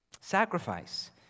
Sacrifice